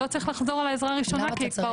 לא צריך לחזור על "עזרה ראשונה" כי היא כבר